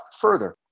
further